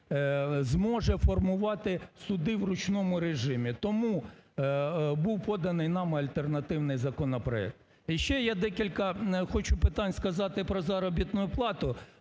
зможе формувати суди в ручному режимі. Тому був поданий нами альтернативний законопроект. І ще я декілька хочу питань сказати про заробітну плату.